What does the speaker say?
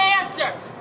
answers